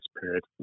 period